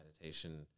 meditation